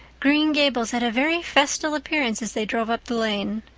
green gables had a very festal appearance as they drove up the lane.